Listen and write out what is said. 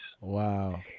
wow